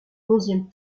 onzième